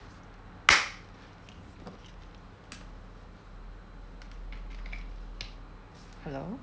hello